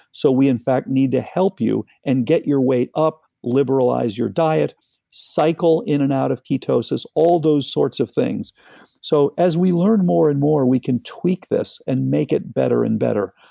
so we in fact need to help you and get your weight up, liberalize your diet cycle in and out of ketosis, all those sorts of things so as we learn more and more, we can tweak this, and make it better and better.